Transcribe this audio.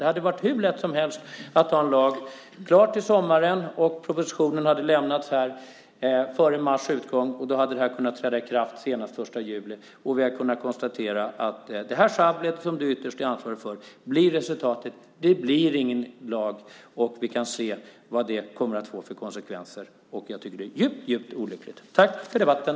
Det skulle ha varit hur lätt som helst att ha en lag klar till sommaren, och propositionen skulle ha kunnat behandlas här före mars utgång. Då hade lagen kunnat träda i kraft senast den 1 juli. Detta sjabbel, som du är ytterst ansvarig för, får till resultat att det inte blir någon lag. Vi kan se vad det får för konsekvenser. Det är djupt olyckligt. Tack för debatten!